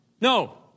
No